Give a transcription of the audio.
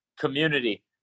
community